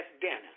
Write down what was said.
dinner